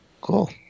Cool